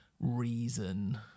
Reason